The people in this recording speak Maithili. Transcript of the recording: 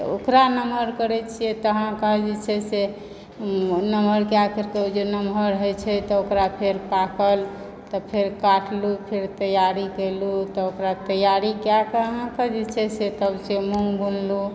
ओकरा नमहर करए छिऐ तऽ अहाँकेँ जे छै से नमहर कए कऽ ओ जे नमहर होए छै तऽ ओकरा फेर पाकल तऽ फेर काटलहुँ फेर तैयारी कयलहुँ तऽ ओकरा तैयारी कए कऽ अहाँकेँ जे छै से तब जे छै मूँग बुनलहुँ